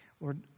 Lord